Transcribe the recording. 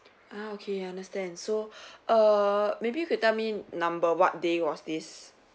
ah okay understand so err maybe you could tell me number what day was this